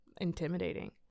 intimidating